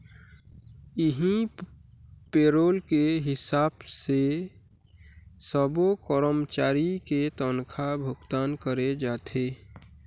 इहीं पेरोल के हिसाब से सब्बो करमचारी के तनखा भुगतान करे जाथे